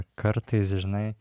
kartais žinai